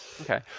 Okay